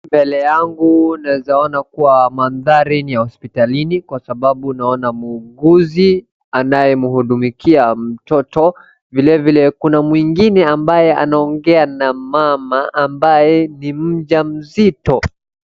Mbele yangu naeza ona kuwa mandhari ni ya hospitalini kwa sababu naona muuguzi anayemhudumikia mtoto. Vilevile kuna mwingine ambaye anaongea na mama ambaye ni mjamzito.